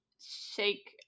shake